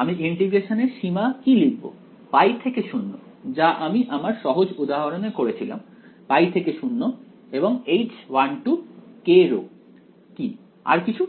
আমি ইন্টিগ্রেশনের সীমা কি লিখবো π থেকে 0 যা আমি আমার সহজ উদাহরণে করেছিলাম π থেকে 0 এবং H1kρ কি আর কিছু